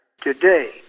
today